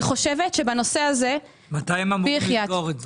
מתי הם אמורים לסגור אותה?